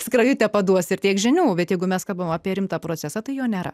skrajutę paduos ir tiek žinių bet jeigu mes kalbame apie rimtą procesą tai jo nėra